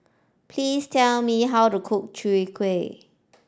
please tell me how to cook Chwee Kueh